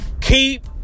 keep